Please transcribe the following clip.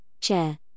Chair